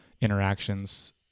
interactions